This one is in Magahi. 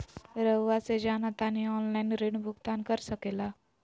रहुआ से जाना तानी ऑनलाइन ऋण भुगतान कर सके ला?